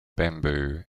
bamboo